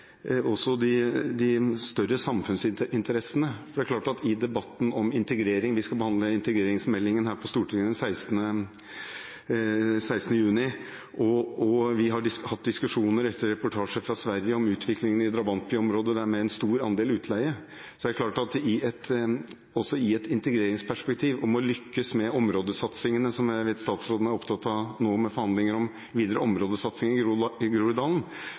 også de større samfunnsinteressene, som debatten om integrering. Vi skal behandle integreringsmeldingen her på Stortinget den 16. juni, og vi har hatt diskusjoner etter reportasjer fra Sverige om utviklingen i drabantbyområder der, med en stor andel utleie – også sett i et integreringsperspektiv. Når det gjelder å lykkes med områdesatsingene – som jeg vet statsråden er opptatt av nå, med forhandlinger om videre områdesatsing i Groruddalen